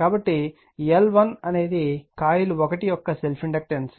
కాబట్టి L1 అనేది coil 1 యొక్క సెల్ఫ్ ఇండక్టెన్స్